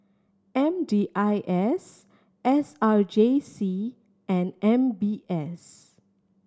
M D I S S R J C and M B S